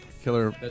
Killer